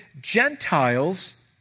Gentiles